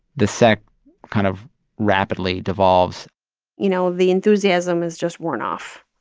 the sect kind of rapidly devolves you know, the enthusiasm has just worn off.